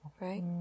Right